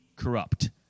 corrupt